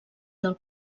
del